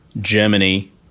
Germany